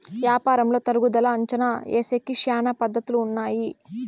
యాపారంలో తరుగుదల అంచనా ఏసేకి శ్యానా పద్ధతులు ఉన్నాయి